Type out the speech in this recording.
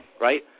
right